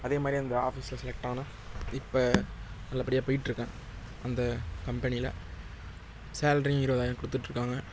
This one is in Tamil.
அதேமாதிரி அந்த ஆஃபிஸில் செலக்ட்டானேன் இப்போ நல்லபடியாக போய்ட்ருக்கன் அந்த கம்பெனியில் சேலரியும் இருவதாயிரம் கொடுத்துட்ருக்காங்க